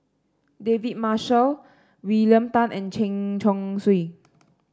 David Marshall William Tan and Chen Chong Swee